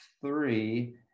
three